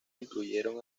incluyeron